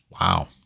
Wow